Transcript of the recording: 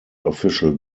official